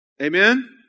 Amen